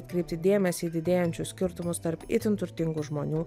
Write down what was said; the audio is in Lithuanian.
atkreipti dėmesį į didėjančius skirtumus tarp itin turtingų žmonių